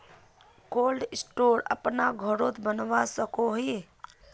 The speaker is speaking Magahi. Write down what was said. कोल्ड स्टोर अपना घोरोत बनवा सकोहो ही?